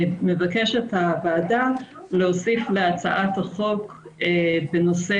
מבקשת הוועדה להוסיף להצעת החוק בנושא